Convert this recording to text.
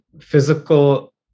physical